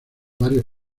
varios